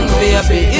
baby